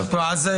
ואם זה